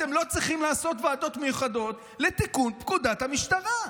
אתם לא צריכים לעשות ועדות מיוחדות לתיקון פקודת המשטרה.